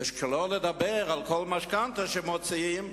ושלא לדבר על כך שעל כל משכנתה שמוציאים